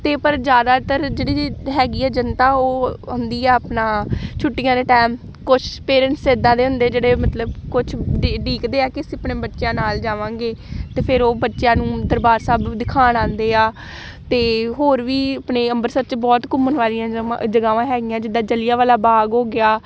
ਅਤੇ ਪਰ ਜ਼ਿਆਦਾਤਰ ਜਿਹੜੀ ਹੈਗੀ ਹੈ ਜਨਤਾ ਉਹ ਹੁੰਦੀ ਆ ਆਪਣਾ ਛੁੱਟੀਆਂ ਦੇ ਟਾਈਮ ਕੁਛ ਪੇਰੈਂਟਸ ਇੱਦਾਂ ਦੇ ਹੁੰਦੇ ਜਿਹੜੇ ਮਤਲਬ ਕੁਛ ਡ ਉਡੀਕਦੇ ਆ ਕਿ ਅਸੀਂ ਆਪਣਿਆਂ ਬੱਚਿਆਂ ਨਾਲ ਜਾਵਾਂਗੇ ਅਤੇ ਫਿਰ ਉਹ ਬੱਚਿਆਂ ਨੂੰ ਦਰਬਾਰ ਸਾਹਿਬ ਦਿਖਾਉਣ ਆਉਂਦੇ ਆ ਅਤੇ ਹੋਰ ਵੀ ਆਪਣੇ ਅੰਮ੍ਰਿਤਸਰ 'ਚ ਬਹੁਤ ਘੁੰਮਣ ਵਾਲੀਆਂ ਜਮਾ ਜਗ੍ਹਾਵਾਂ ਹੈਗੀਆਂ ਜਿੱਦਾਂ ਜਲ੍ਹਿਆਂਵਾਲਾ ਬਾਗ ਹੋ ਗਿਆ